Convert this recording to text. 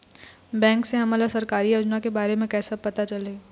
Bank से हमन ला सरकारी योजना के बारे मे कैसे पता चलही?